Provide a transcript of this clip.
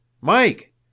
Mike